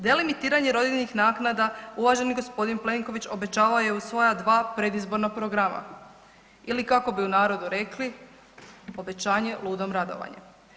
Delimitiranje rodiljnih naknada uvaženi g. Plenković obećavao je u svoja dva predizborna programa ili kako bi u narodu rekli „obećanje ludom radovanje“